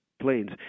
planes